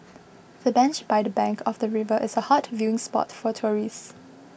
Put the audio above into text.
the bench by the bank of the river is a hot viewing spot for tourists